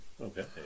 Okay